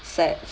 sad